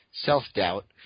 self-doubt